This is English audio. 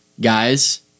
guys